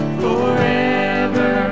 forever